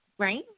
right